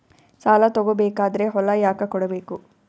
ಸಾಲ ತಗೋ ಬೇಕಾದ್ರೆ ಹೊಲ ಯಾಕ ಕೊಡಬೇಕು?